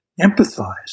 Empathize